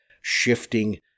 shifting